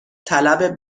طلب